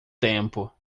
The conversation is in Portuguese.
tempo